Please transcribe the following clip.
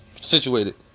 situated